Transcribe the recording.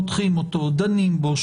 פותחים אותו ודנים בו,